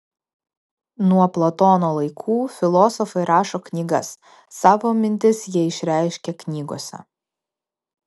nuo platono laikų filosofai rašo knygas savo mintis jie išreiškia knygose